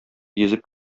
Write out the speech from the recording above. йөзеп